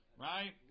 Right